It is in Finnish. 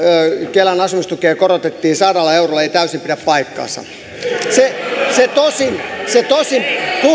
kelan asumistuessa korotettiin sadalla eurolla ei täysin pidä paikkaansa se tosin se tosin